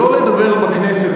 שלא לדבר בכנסת,